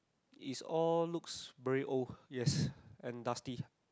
is all looks very old yes and dusty